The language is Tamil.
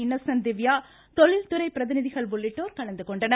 இன்னசென்ட் திவ்யா தொழில்துறை பிரதிநிதிகள் உள்ளிட்டோர் கலந்துகொண்டனர்